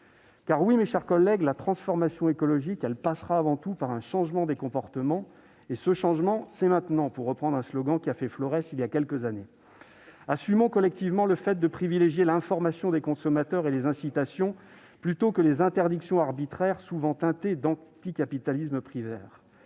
Oui, mes chers collègues, la transformation écologique passera avant tout par un changement des comportements. Et ce changement, c'est maintenant, pour reprendre un slogan qui a fait florès voilà quelques années. Assumons collectivement le fait de privilégier l'information des consommateurs et les incitations, plutôt que les interdictions arbitraires, souvent teintées d'anticapitalisme primaire.